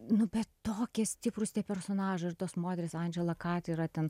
nu bet tokie stiprūs tie personažai ir tos moterys andžela kat yra ten